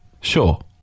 Sure